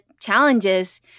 challenges